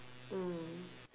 mm